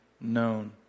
known